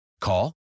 Call